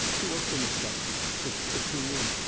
he worked in the stuff for fifteen years,